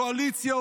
קואליציה,